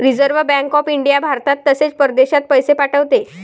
reserve Bank of India भारतात तसेच परदेशात पैसे पाठवते